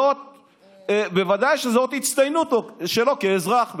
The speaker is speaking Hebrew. ודאי שזה אות הצטיינות שלו כאזרח.